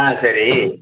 ஆ சரி